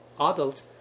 adult